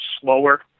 slower